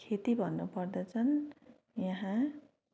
खेती भन्नु पर्दा चाहिँ यहाँ